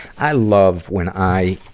i love when i,